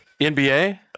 NBA